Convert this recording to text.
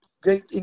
great